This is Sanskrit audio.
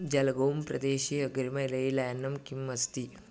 जलगों प्रदेशे अग्रिमरैल्यानं किम् अस्ति